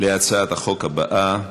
להצעת החוק הבאה,